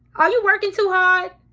are you working too hard?